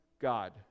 God